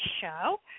show